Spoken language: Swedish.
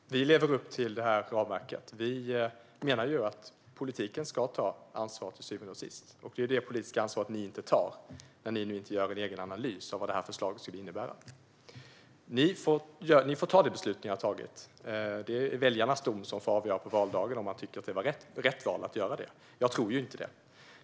Fru talman! Vi lever upp till ramverket och menar att politiken till syvende och sist ska ta ansvar. Det är ett sådant ansvar som ni inte tar när ni inte gör en egen analys av vad förslaget skulle innebära. Ni får fatta det beslut som ni har gjort. Det är väljarnas dom som avgör på valdagen om de tycker att det här var rätt val att göra. Jag tror inte det.